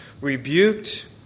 rebuked